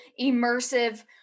immersive